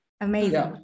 amazing